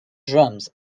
drums